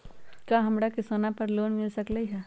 का हमरा के सोना पर लोन मिल सकलई ह?